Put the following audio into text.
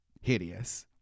Hideous